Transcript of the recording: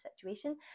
situation